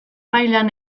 mailan